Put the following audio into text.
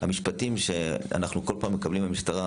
המשפטים שאנחנו כל פעם מקבלים מהמשטרה,